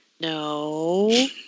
No